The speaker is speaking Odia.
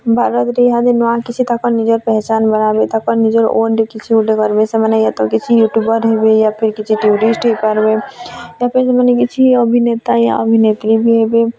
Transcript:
ଭାରତ୍ରେ ଇହା ଦି ନୂଆ କିଛି ତାକର୍ ନିଜର୍ ପେହଁଚାନ୍ ବନାବି ତାକର୍ ନିଜର୍ ଓନ୍ରେ କିଛି ଗୁଟେ କରବେ ସେମାନେ ୟା ତ କିଛି ୟୁଟ୍ୟୁବର୍ ହେବେ ୟା ଫିର୍ କିଛି ଟୁରିଷ୍ଟ ହେଇପାର୍ବେ ତ ପରେ ସେମାନେ କିଛି ଅଭିନେତା ୟା ଅଭିନେତ୍ରୀ ବି ହେବେ